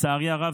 לצערי הרב,